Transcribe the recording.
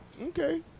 Okay